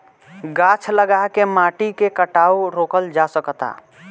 गाछ लगा के माटी के कटाव रोकल जा सकता